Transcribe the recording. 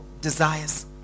desires